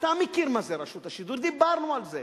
אתה מכיר מה זה רשות השידור, דיברנו על זה.